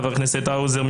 חבר הכנסת האוזר,